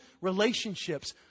relationships